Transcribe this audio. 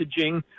messaging